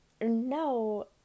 no